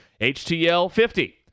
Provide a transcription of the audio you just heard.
HTL50